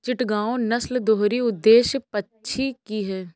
चिटगांव नस्ल दोहरी उद्देश्य पक्षी की है